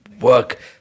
work